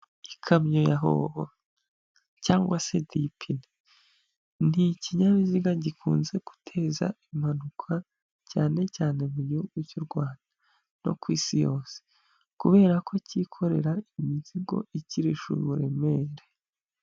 Ikamyo ya hoho cyangwag se dipine, ni ikinyabiziga gikunze guteza impanuka cyane cyane mu gihugu cy'u Rwanda no ku isi yose kubera ko cyikorera imizigo ikirusha uburemere.